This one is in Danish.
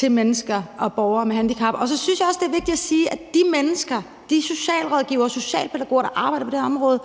på mennesker, borgere, med handicap. Så synes jeg også, det er vigtigt at sige i forhold til de mennesker, de socialrådgivere og socialpædagoger, der arbejder på det her område: